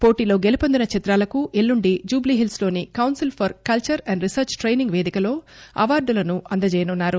పోటీలో గెలుపొందిన చిత్రాలకు ఎల్లుండి జుబ్లీహిల్స్ లోని council for culture and research training పేదికలో అవార్డులను అందజేయనున్నారు